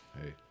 Hey